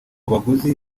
baguzi